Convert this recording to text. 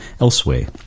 elsewhere